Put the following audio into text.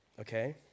okay